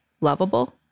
lovable